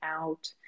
out